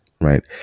right